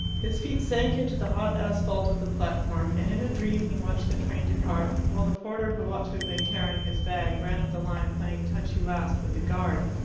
his feet sank into the hot asphalt of the platform, and in a dream he watched the train depart, while the porter who ought to have been carrying his bag, ran up the line playing touch-you-last with the guard.